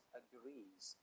agrees